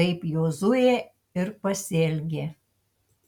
taip jozuė ir pasielgė